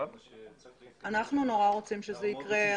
רוצים שזה יקרה.